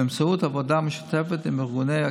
באמצעות עבודה משותפת עם ארגוני קהילה,